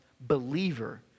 believer